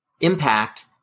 impact